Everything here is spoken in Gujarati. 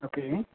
ઓકે